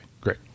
great